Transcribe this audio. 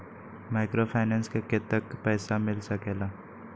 Microfinance से कतेक पैसा मिल सकले ला?